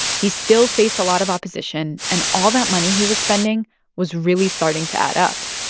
he still faced a lot of opposition, and all that money he was spending was really starting to add up.